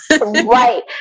Right